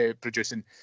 producing